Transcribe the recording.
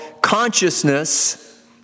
consciousness